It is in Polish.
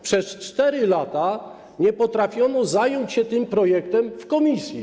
Przez 4 lata nie potrafiono zająć się tym projektem w komisji.